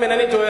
אם אינני טועה,